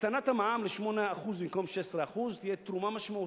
הקטנת המע"מ ל-8% במקום 16% תהיה תרומה משמעותית,